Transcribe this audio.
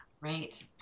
right